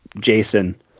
Jason